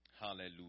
Hallelujah